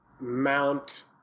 Mount